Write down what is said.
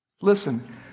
Listen